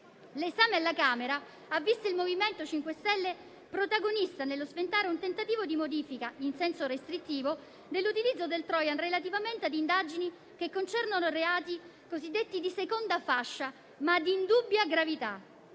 L'esame alla Camera ha visto il MoVimento 5 Stelle protagonista nello sventare un tentativo di modifica in senso restrittivo nell'utilizzo del *trojan* relativamente a indagini che concernono reati cosiddetti di seconda fascia, ma di indubbia gravità.